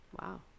Wow